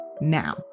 now